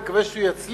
אני מקווה שהוא יצליח,